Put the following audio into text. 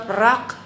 rock